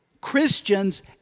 Christians